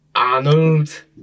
Arnold